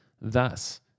Thus